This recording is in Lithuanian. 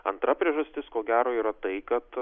antra priežastis ko gero yra tai kad